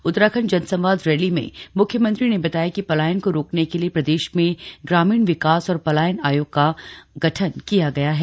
उत्तराखंड जनसंवाद रैली में म्ख्यमंत्री ने बताया कि पलायन को रोकने के लिए प्रदेश में ग्रामीण विकास और पलायन आयोग का गठन किया गया है